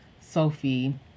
sophie